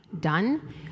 done